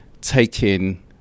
taking